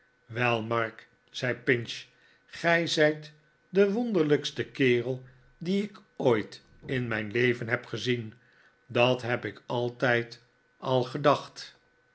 mark zei pinoh gij zijt de wonderlijkste kerel dien ik ooit in mijn leven heb gezien dat heb ik altijd al gedacht